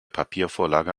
papiervorlage